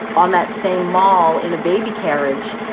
on that same mall, in a baby carriage,